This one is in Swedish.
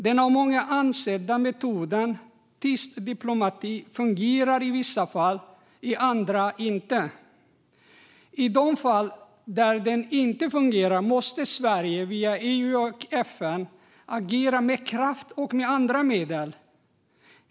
Den av många ansedda metoden "tyst diplomati" fungerar i vissa fall men inte i andra. I de fall där den inte fungerar måste Sverige via EU och FN agera kraftfullt med andra medel.